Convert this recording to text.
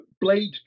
Blade